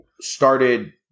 started